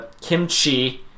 kimchi